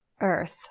Earth